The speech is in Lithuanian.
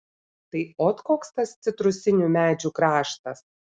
tai ot koks tas citrusinių medžių kraštas